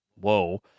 whoa